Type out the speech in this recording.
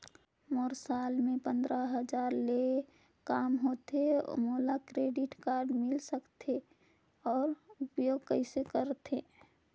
मोर साल मे पंद्रह हजार ले काम होथे मोला क्रेडिट कारड मिल सकथे? अउ उपयोग कइसे करथे?